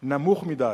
נמוך מדי,